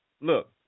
look